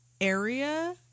area